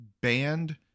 banned